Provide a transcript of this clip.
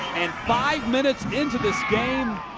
and five minutes into this game,